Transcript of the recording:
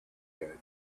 called